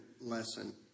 lesson